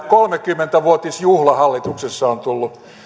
kolmekymmentä vuotisjuhla hallituksessa on tullut